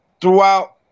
throughout